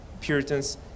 Puritans